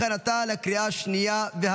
31 בעד, אחד נוכח.